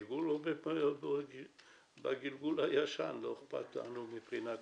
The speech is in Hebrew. או בגלגול הישן, לא אכפת לנו מבחינה טכנית.